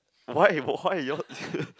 why why you all